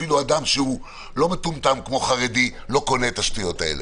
אפילו אדם שהוא לא מטומטם כמו חרדי לא קונה את השטויות האלה,